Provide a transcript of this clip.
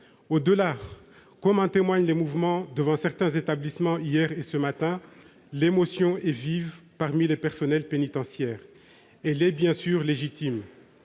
Au-delà, comme en témoignent les mouvements devant certains établissements hier et ce matin, l'émotion est vive parmi les personnels pénitentiaires. Elle est bien sûr légitime.